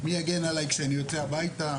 מי יגן עלי כשאני יוצא הביתה?